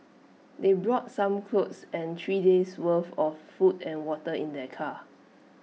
they brought some clothes and three days' worth of food and water in their car